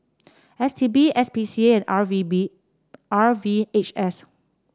S T B S P C A and R V B R V H S